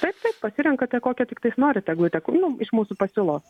taip taip pasirenkate kokią tiktais norit eglutę nu iš mūsų pasiūlos